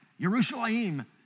Yerushalayim